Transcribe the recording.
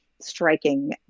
striking